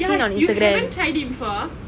ya you haven't tried it before